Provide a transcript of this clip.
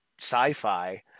sci-fi